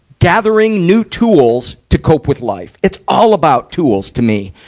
gathering new tools to cope with life? it's all about tools to me,